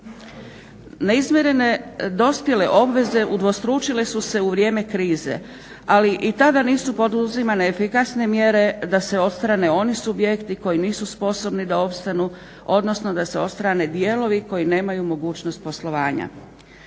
Neizmirene dospjele obveze udvostručile su se u vrijeme krize, ali i tada nisu poduzimane efikasne mjere da se odstrane oni subjekti koji nisu sposobni da opstanu, odnosno da se odstrane dijelovi koji nemaju mogućnosti poslovanja.